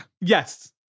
Yes